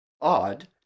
odd